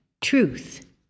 Truth